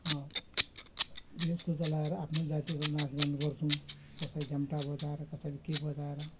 वेशभूषा लाएर आफ्नो जातीय को नाचगान गर्छौँ कसै झ्याम्टा बजाएर कसैले के बजाएर